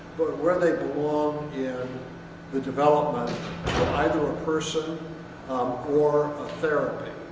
where they belong in the development of either a person um or ah therapy.